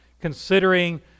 considering